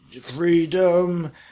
Freedom